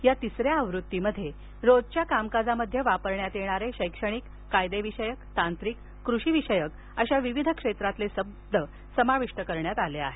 या तिसऱ्या आवृत्तीमध्ये रोजच्या कामकाजामध्ये वापरण्यात येणारे शैक्षणिक कायदेविषयक तांत्रिक कृषिविषयक अशा विविध क्षेत्रातील शब्द समाविष्ट करण्यात आले आहेत